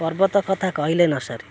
ପର୍ବତ କଥା କହିଲେ ନ ସରେ